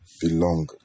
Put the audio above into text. Belong